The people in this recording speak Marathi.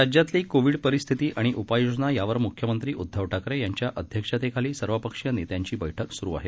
राज्यातली कोविड परिस्थिती आणि उपाययोजना यावर मुख्यमंत्री उद्दव ठाकरे यांच्या अध्यक्षतेखाली सर्वपक्षीय नेत्यांची बैठक सरू आहे